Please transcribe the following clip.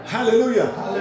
Hallelujah